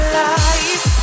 life